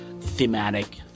thematic